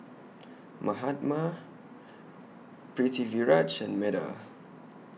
Mahatma Pritiviraj and Medha